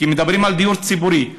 מדברים על דיור ציבורי,